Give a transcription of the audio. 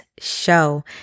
show